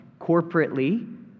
corporately